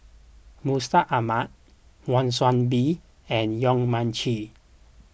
Mustaq Ahmad Wan Soon Bee and Yong Mun Chee